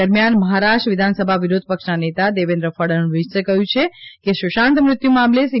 દરમિયાન મહારાષ્ટ્ર વિધાનસભા વિરોધ પક્ષના નેતા દેવેન્દ્ર ફડણવીસે કહ્યું છે કે સુશાંત મૃત્યુ મામલે સી